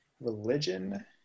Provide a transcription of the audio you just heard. religion